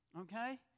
Okay